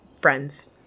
friends